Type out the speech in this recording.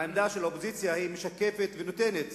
העמדה של האופוזיציה משקפת ונותנת